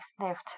sniffed